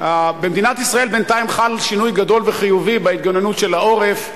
במדינת ישראל בינתיים חל שינוי גדול וחיובי בהתגוננות של העורף.